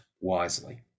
wisely